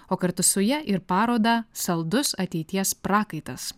o kartu su ja ir parodą saldus ateities prakaitas